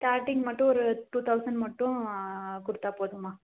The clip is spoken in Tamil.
ஸ்டார்ட்டிங் மட்டும் ஒரு டூ தௌசண்ட் மட்டும் கொடுத்தா போதும்மா